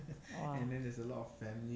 !wah!